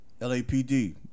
LAPD